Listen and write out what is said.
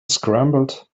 scrambled